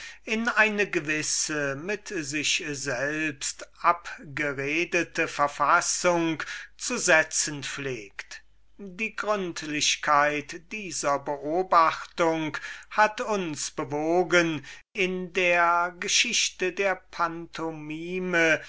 in eine gewisse mit sich selbst abgeredete verfassung zu setzen pflegt die gründlichkeit dieser beobachtung hat uns bewogen in der geschichte der pantomime